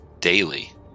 daily